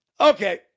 Okay